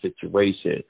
situation